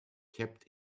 kept